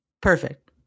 Perfect